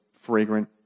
fragrant